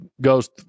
goes